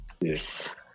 Yes